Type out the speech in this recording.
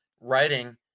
writing